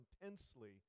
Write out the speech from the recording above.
intensely